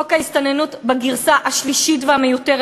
חוק ההסתננות בגרסה השלישית והמיותרת